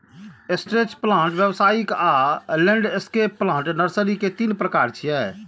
stretch plant, व्यावसायिक आ landscape plant nursery के तीन प्रकार छियै